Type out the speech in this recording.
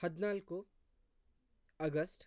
ಹದಿನಾಲ್ಕು ಆಗಸ್ಟ್